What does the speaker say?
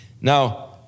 Now